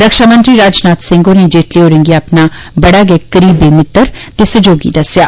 रक्षामंत्री राजनाथ सिंह होरें जेटली होरें गी अपना बड़ा गै करीबी मित्र ते सहयोगी दस्सेया